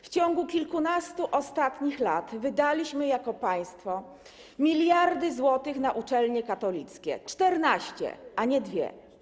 W ciągu kilkunastu ostatnich lat wydaliśmy jako państwo miliardy złotych na uczelnie katolickie - na 14, a nie na dwie.